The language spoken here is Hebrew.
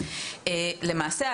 למעשה,